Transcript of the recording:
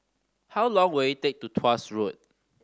how long will it take to Tuas Road